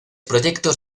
proyectos